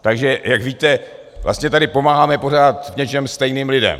Takže jak víte, vlastně tady pomáháme v něčem stejným lidem.